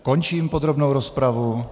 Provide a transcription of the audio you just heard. Končím podrobnou rozpravu.